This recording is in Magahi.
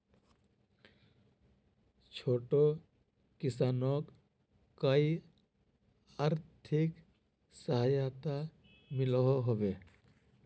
छोटो किसानोक कोई आर्थिक सहायता मिलोहो होबे?